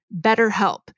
BetterHelp